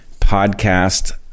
podcast